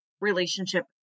relationship